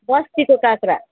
बस्तीको काँक्रा